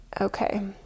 Okay